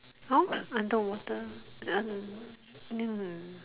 how underwater err mm